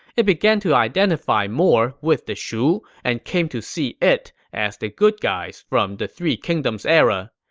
it began to identify more with the shu and came to see it as the good guys from the three kingdoms era.